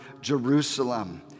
Jerusalem